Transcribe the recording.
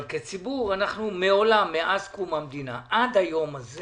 כציבור אנחנו מעולם מאז קום המדינה ועד היום הזה